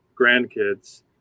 grandkids